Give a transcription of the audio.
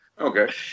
Okay